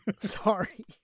Sorry